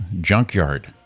Junkyard